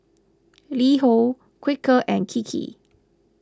LiHo Quaker and Kiki